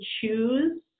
choose